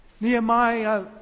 Nehemiah